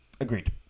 Agreed